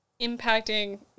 impacting